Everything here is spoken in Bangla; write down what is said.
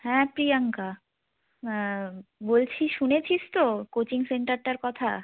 হ্যাঁ প্রিয়াঙ্কা বলছি শুনেছিস তো কোচিং সেন্টারটার কথা